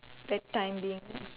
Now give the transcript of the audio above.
that time being